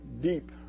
deep